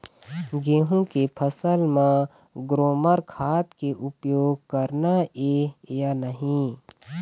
गेहूं के फसल म ग्रोमर खाद के उपयोग करना ये या नहीं?